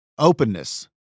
Openness